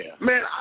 Man